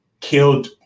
killed